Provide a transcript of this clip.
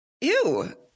ew